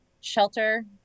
shelter